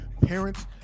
parents